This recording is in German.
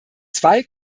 zwei